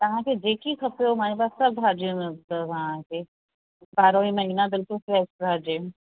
तव्हां खे जेकी खपेव हमारे पास सभु भाजियूं ॿारहां ई महीना बिल्कुलु फ़्रैश भाजियूं आहिनि